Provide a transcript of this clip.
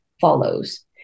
follows